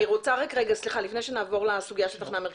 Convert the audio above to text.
אני רוצה רק רגע לפני שנעבור לסוגיה של תחנה מרכזית,